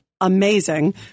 amazing